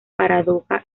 paradoja